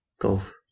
golf